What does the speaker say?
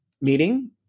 meeting